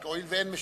הואיל ואין משיב,